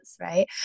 right